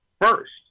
first